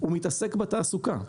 הוא מתעסק בתעסוקה.